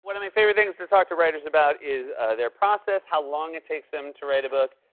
one of my favorite things to talk to writers about is their process, how long it takes them to write a book.